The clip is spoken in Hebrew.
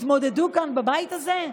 תתמודדו כאן בבית הזה?